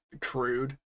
crude